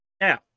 Now